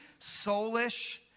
soulish